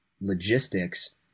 logistics